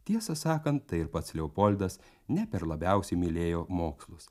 tiesą sakant tai ir pats leopoldas ne per labiausiai mylėjo mokslus